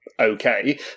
Okay